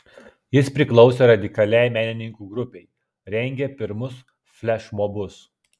jis priklausė radikaliai menininkų grupei rengė pirmus flešmobus